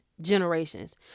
generations